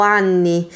anni